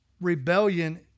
Rebellion